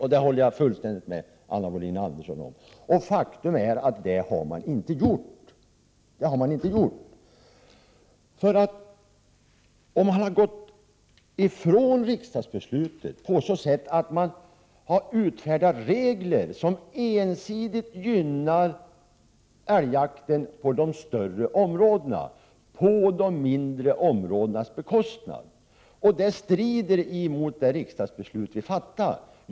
Jag håller fullständigt med Anna Wohlin-Andersson i det fallet. Faktum är att man inte har gjort det. Man har gått ifrån riksdagsbeslutet genom att man har utfärdat regler som ensidigt gynnar älgjakten inom de större områdena på de mindre områdenas bekostnad. Det strider emot det riksdagsbeslut vi har fattat.